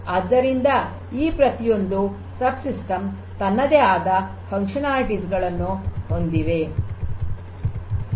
ಆದ್ದರಿಂದ ಈ ಪ್ರತಿಯೊಂದು ಉಪವ್ಯವಸ್ಥೆ ತಮ್ಮದೇ ಆದ ಕ್ರಿಯಾತ್ಮಕತೆಗಳನ್ನು ಹೊಂದಿವೆ